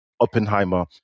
Oppenheimer